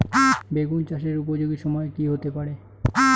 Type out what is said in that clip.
বেগুন চাষের উপযোগী সময় কি হতে পারে?